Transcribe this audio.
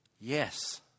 Yes